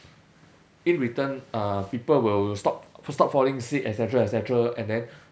in return uh people will stop stop falling sick et cetera et cetera and then